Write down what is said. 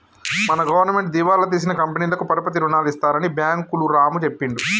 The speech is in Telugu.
మన గవర్నమెంటు దివాలా తీసిన కంపెనీలకు పరపతి రుణాలు ఇస్తారని బ్యాంకులు రాము చెప్పిండు